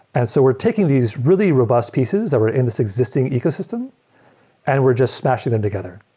and so we're taking these really robust pieces that were in this existing ecosystem and we're just smashing them together.